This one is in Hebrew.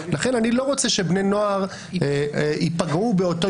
לכן אני לא רוצה שבני נוער יפגעו באותו